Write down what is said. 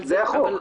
זה החוק.